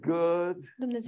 good